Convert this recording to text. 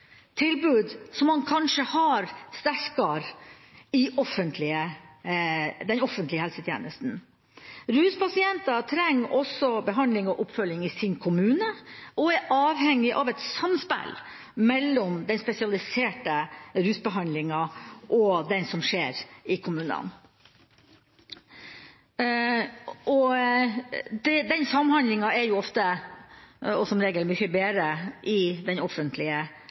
tilbud som man kanskje har mer av i den offentlige helsetjenesten. Ruspasienter trenger også behandling og oppfølging i sine kommuner, og er avhengig av samspill mellom den spesialiserte rusbehandlingen og behandlingen som gis i kommunene. Den samhandlingen er som regel mye bedre i den offentlige